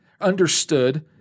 understood